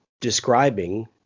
describing